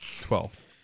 Twelve